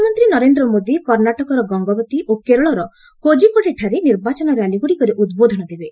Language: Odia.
ପ୍ରଧାନମନ୍ତ୍ରୀ ନରେନ୍ଦ୍ର ମୋଦି କର୍ଷ୍ଣାଟକର ଗଙ୍ଗବତୀ ଓ କେରଳ କୋଜିକୋଡ଼େ ଠାରେ ନିର୍ବାଚନ ର୍ୟାଲି ଗୁଡ଼ିକରେ ଉଦ୍ବୋଧନ ଦେବେ